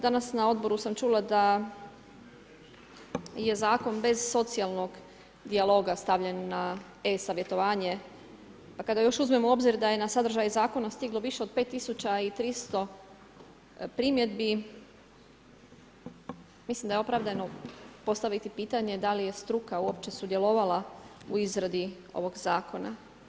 Danas na Odboru sam čula da je Zakon bez socijalnog dijaloga stavljen na e-savjetovanje, pa kada još uzmemo u obzir da je na sadržaj Zakona stiglo više od 5300 primjedbi, mislim da je opravdano postaviti pitanje da li je struka uopće sudjelovala u izradi ovog Zakona.